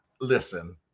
listen